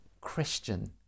Christian